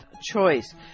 choice